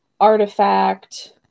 artifact